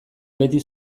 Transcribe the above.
beti